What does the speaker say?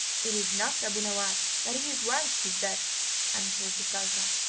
it is not abu nowas, but his wife who is dead answered the sultan.